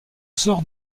sort